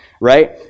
right